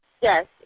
yes